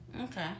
Okay